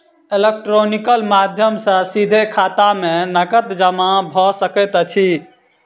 electronical माध्यम सॅ सीधे खाता में नकद जमा भ सकैत अछि